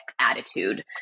attitude